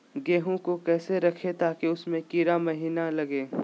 गेंहू को कैसे रखे ताकि उसमे कीड़ा महिना लगे?